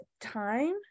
time